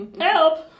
Help